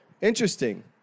Interesting